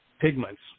pigments